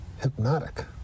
hypnotic